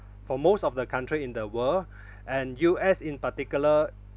for most of the country in the world and U_S in particular